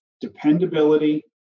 dependability